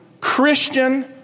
Christian